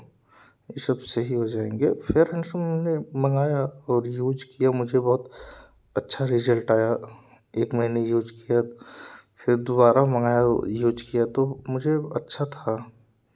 यह सब सही हो जाएँगे फेयर हैण्डसम हमने मंगाया और यूज़ किया मुझे बहुत अच्छा रिजल्ट आया एक मैंने यूज़ किया फिर दुबारा मंगाया यूज़ किया तो मुझे अच्छा था